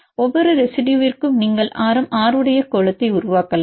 ஒவ்வொரு ரெசிடுயுவிற்கும் நீங்கள் ஆரம் r உடைய கோளத்தை உருவாக்கலாம்